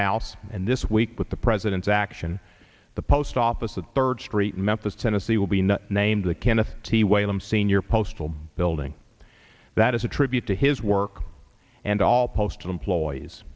house and this week with the president's action the post office the third street in memphis tennessee will be named the kenneth t y l m senior postal building that is a tribute to his work and all postal employees